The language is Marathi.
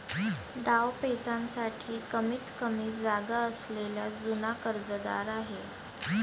डावपेचांसाठी कमीतकमी जागा असलेला जुना कर्जदार आहे